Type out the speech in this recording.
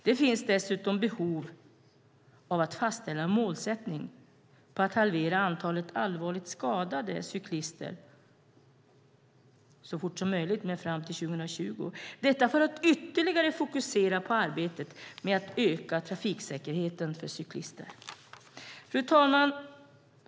Det finns dessutom behov av att fastställa en målsättning att halvera antalet allvarligt skadade cyklister fram till 2020. Detta för att ytterligare fokusera på arbetet med att öka trafiksäkerheten för cyklister. Fru talman!